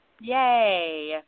Yay